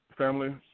family